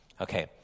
Okay